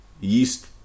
yeast